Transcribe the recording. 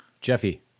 Jeffy